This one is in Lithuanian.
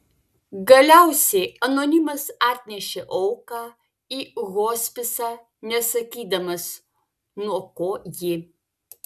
galiausiai anonimas atnešė auką į hospisą nesakydamas nuo ko ji